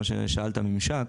כמו ששאלת על הממשק.